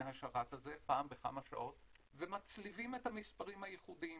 השרת הזה פעם בכמה שעות ומצליבים את המספרים הייחודיים